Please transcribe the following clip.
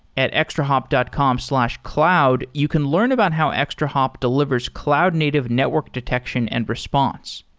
at extrahop dot com slash cloud, you can learn about how extrahop delivers cloud-native network detection and response.